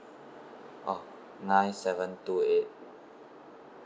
oh nine seven two eight